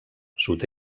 sud